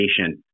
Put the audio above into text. patient